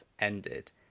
ended